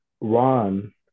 ron